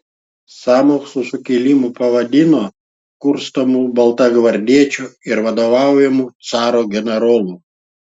sąmokslu sukilimą pavadino kurstomu baltagvardiečių ir vadovaujamu caro generolų